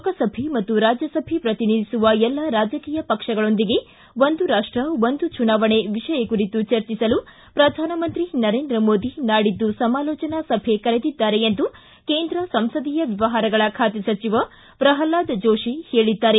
ಲೋಕಸಭೆ ಮತ್ತು ರಾಜ್ಯಸಭೆ ಪ್ರತಿನಿಧಿಸುವ ಎಲ್ಲ ರಾಜಕೀಯ ಪಕ್ಷಗಳೊಂದಿಗೆ ಒಂದು ರಾಷ್ಟ ಒಂದು ಚುನಾವಣೆ ವಿಷಯ ಕುರಿತು ಚರ್ಚಿಸಲು ಪ್ರಧಾನಮಂತ್ರಿ ನರೇಂದ್ರ ಮೋದಿ ನಾಡಿದ್ದು ಸಮಾಲೋಚನಾ ಸಭೆ ಕರೆದಿದ್ದಾರೆ ಎಂದು ಕೇಂದ್ರ ಸಂಸದೀಯ ವ್ವವಹಾರಗಳ ಖಾತೆ ಸಚಿವ ಪ್ರಹ್ಲಾದ್ ಜೋಶಿ ಹೇಳಿದ್ದಾರೆ